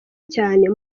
cyane